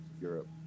Europe